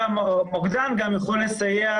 המוקדן גם יכול לסייע